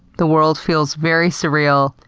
the world feels very surreal.